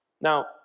Now